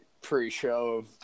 pre-show